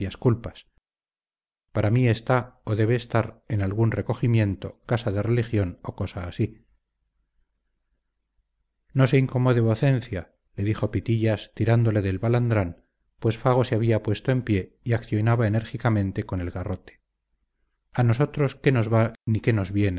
culpas para mí está o debe estar en algún recogimiento casa de religión o cosa así no se incomode vocencia le dijo pitillas tirándole del balandrán pues fago se había puesto en pie y accionaba enérgicamente con el garrote a nosotros qué nos va ni qué nos